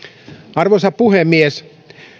arvoisa puhemies